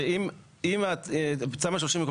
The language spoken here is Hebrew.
שאם תמ"א 38,